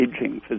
aging